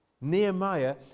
Nehemiah